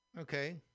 Okay